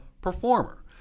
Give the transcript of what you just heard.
performer